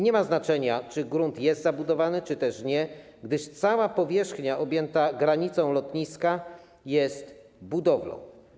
Nie ma znaczenia, czy grunt jest zabudowany, czy też nie jest, gdyż cała powierzchnia objęta granicą lotniska jest budowlą.